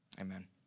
Amen